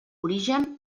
origen